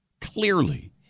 Clearly